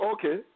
Okay